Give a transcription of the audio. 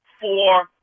four